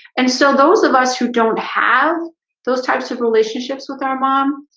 and so those of us who don't have those types of relationships with our mom,